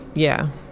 yeah.